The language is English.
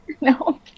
no